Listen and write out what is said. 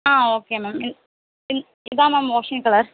ஆ okay ma'am இ இன் இதான் மேம் ஓஷன் கலர்